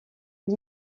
une